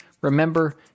remember